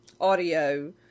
audio